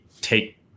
take